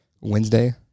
Wednesday